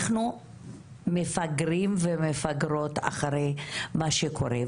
אנחנו מפגרים ומפגרות אחרי מה שקורה.